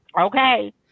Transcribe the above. okay